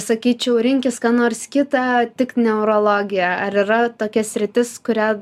sakyčiau rinkis ką nors kita tik ne urologiją ar yra tokia sritis kurią